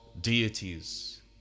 deities